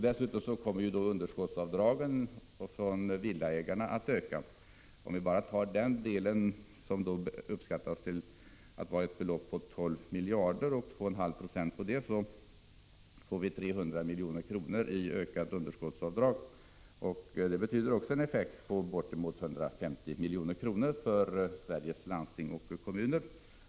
Dessutom kommer villaägarnas underskottsavdrag att öka. Lån som berörs av regeringens förslag uppskattas i dag till 12 miljarder. Om vi multiplicerar det beloppet med 2,5 96, får vi 300 miljoner. Så mycket kommer alltså underskottsavdragen att öka. Det betyder en effekt på bortemot 150 milj.kr. för Sveriges landsting och kommuner.